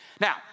Now